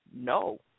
no